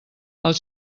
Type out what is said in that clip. els